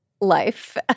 life